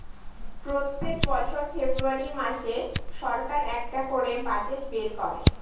প্রত্যেক বছর ফেব্রুয়ারী মাসে সরকার একটা করে বাজেট বের করে